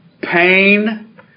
pain